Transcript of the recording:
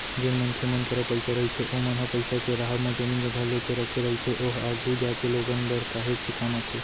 जेन मनखे मन करा पइसा रहिथे ओमन ह पइसा के राहब म जमीन जघा लेके रखे रहिथे ओहा आघु जागे लोगन बर काहेच के काम आथे